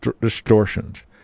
distortions